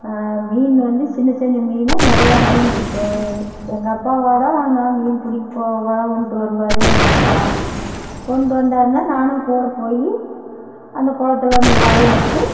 மீன் வந்து சின்ன சின்ன மீன் நிறையா மீன் இருக்குது எங்கள் அப்பாவோடு நான் மீன் பிடிக்க போவேன் வலை கொண்டு வருவார் எங்கள் அப்பா கொண்டு வந்தார்னால் நானும் கூட போய் அந்த குளத்துல அந்த வலையை விட்டு